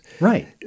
right